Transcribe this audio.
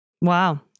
Wow